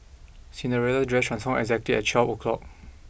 Cinderella's dress transformed exactly at twelve o'clock